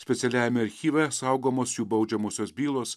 specialiajame archyve saugomos jų baudžiamosios bylos